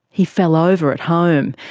he fell over at home,